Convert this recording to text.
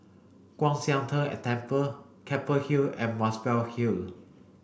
Kwan Siang Tng a Temple Keppel Hill and Muswell Hill